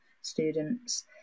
students